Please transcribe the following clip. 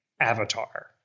avatar